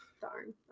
darn